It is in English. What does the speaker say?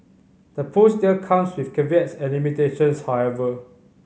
the push still comes with caveats and limitations however